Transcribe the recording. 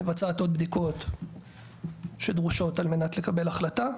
מבצעת עוד בדיקות שדרושות על מנת לקבל החלטה,